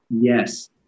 yes